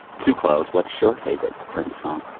to close, what's your favorite prince song?